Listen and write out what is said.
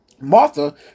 Martha